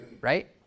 right